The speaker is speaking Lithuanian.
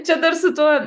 čia dar su tuo